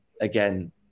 again